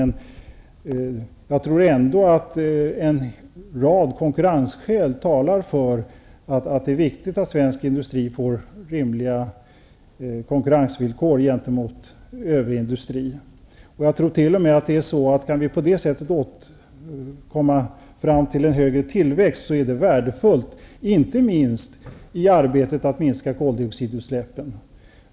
Men en rad konkurrensskäl talar för att det är viktigt att svensk industri får rimliga konkurrensvillkor gentemot övrig industri. Jag tror t.o.m. att det är värdefullt om vi på det sättet kan komma fram till en högre tillväxt, inte minst i arbetet med att minska koldioxidutsläppen.